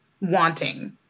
wanting